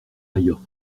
ailleurs